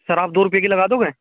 سر آپ دو روپئے کی لگا دوگے